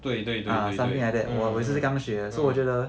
对对对对 mm mm mm